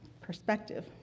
Perspective